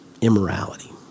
immorality